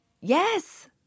Yes